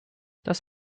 das